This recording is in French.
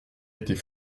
était